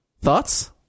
Thoughts